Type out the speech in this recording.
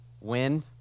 wind